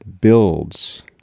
Builds